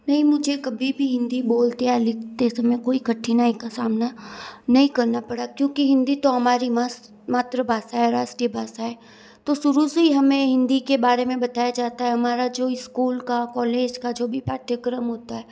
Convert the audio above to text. नहीं मुझे कभी भी हिंदी बोलते या लिखते समय कोई कठिनाई का सामना नहीं करना पड़ा क्योंकि हिंदी तो हमारी मस मातृभाषा है राष्ट्रीय भाषा है तो शुरू से ही हमें हिंदी के बारे में बताया जाता है हमारा जो स्कूल का कॉलेज का जो भी पाठ्यक्रम होता है